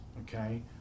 okay